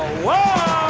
wow!